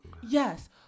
yes